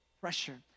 pressure